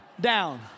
down